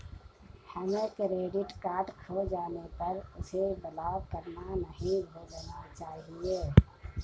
हमें credit card खो जाने पर उसे ब्लॉक करना नहीं भूलना चाहिए